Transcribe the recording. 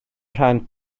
rhan